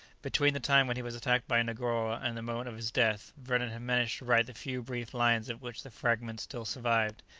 between the time when he was attacked by negoro and the moment of his death, vernon had managed to write the few brief lines of which the fragments still survived,